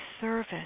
service